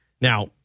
Now